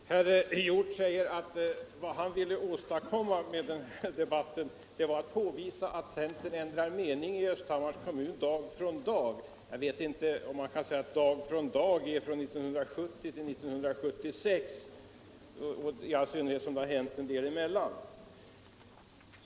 Herr talman! Herr Hjorth säger att vad han syftade till med sitt inlägg var att påvisa att centern i Östhammars kommun ändrar mening från dag till dag. Jag vet inte om man kan säga att en ståndpunktsförskjutning från 1970 till 1976 är detsamma som att ändra mening från dag till dag, i all synnerhet som det har hänt en del däremellan.